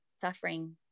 suffering